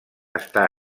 està